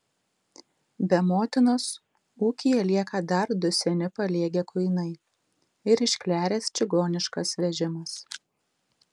be motinos ūkyje lieka dar du seni paliegę kuinai ir iškleręs čigoniškas vežimas